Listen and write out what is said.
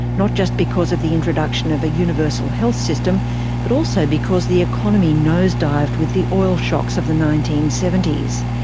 not just because of the introduction of a universal health system but also because the economy nose-dived with the oil shocks of the nineteen seventy s.